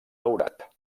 daurat